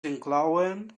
inclouen